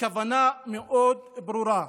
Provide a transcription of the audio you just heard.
הכוונה ברורה מאוד.